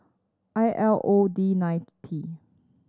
I L O D nine T